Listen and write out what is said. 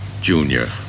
Junior